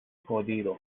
jodido